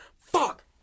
fuck